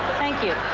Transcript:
thank you.